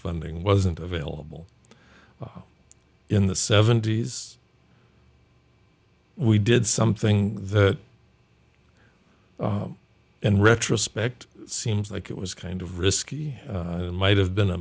funding wasn't available in the seventy's we did something that in retrospect seems like it was kind of risky and might have been a